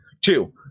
Two